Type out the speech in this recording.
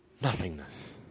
nothingness